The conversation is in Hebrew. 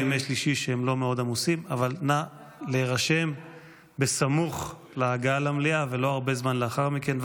אבל נא להירשם סמוך להגעה למליאה ולא הרבה זמן לאחר מכן.